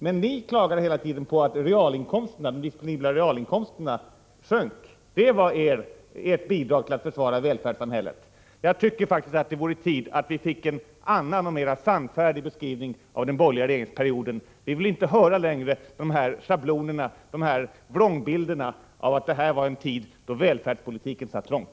Men ni klagar hela tiden på att de disponibla realinkomsterna sjönk. Det är ert bidrag till att försvara välfärdssamhället. Jag tycker faktiskt att det är på tiden att vi får en annan och mera sannfärdig beskrivning av den borgerliga regeringsperioden. Vi vill inte längre höra dessa schabloner, dessa vrångbilder av att det var en tid då välfärdspolitiken satt trångt.